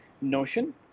Notion